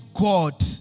God